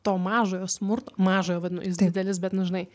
to mažojo smurto mažojo vadinu jis didelis bet nu žinai